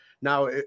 Now